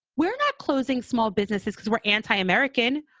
we're not closing small businesses because we're anti-american.